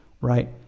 right